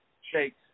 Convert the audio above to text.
Shakes